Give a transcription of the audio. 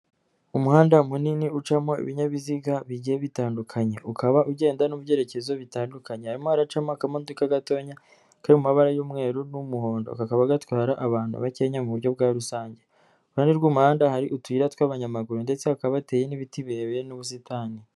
Umuhanda munini ucamo ibinyabiziga bigiye bitandukanye, ukaba ugenda no byerekezo bitandukanye, harimo haracamo akamodoka gatonya kari mu mabara y'umweru n'umuhondo kakaba gatwara abantu bakenya mu buryo bwa rusange, ku ruhande rw'umuhanda hari utuyi tw'abanyamaguru ndetse hakaba hateye n'ibiti birebire n'ubusitani.